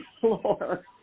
floor